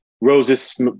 roses